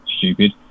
stupid